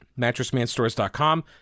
mattressmanstores.com